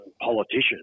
politicians